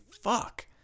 fuck